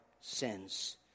sins